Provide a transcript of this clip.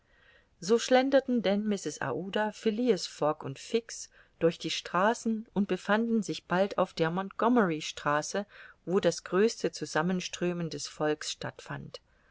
so schlenderten denn mrs aouda phileas fogg und fix durch die straßen und befanden sich bald auf der montgommerystraße wo das größte zusammenströmen des volks stattfand